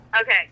Okay